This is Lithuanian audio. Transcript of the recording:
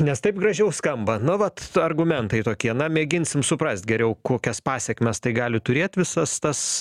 nes taip gražiau skamba nu vat argumentai tokie na mėginsim suprast geriau kokias pasekmes tai gali turėt visas tas